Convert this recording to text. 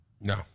No